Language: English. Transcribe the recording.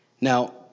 Now